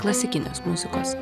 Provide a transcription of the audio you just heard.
klasikinės muzikos